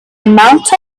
amount